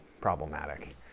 problematic